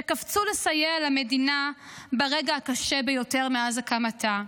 שקפצו לסייע למדינה ברגע הקשה ביותר מאז הקמתה,